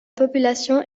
population